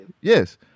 Yes